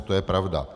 To je pravda.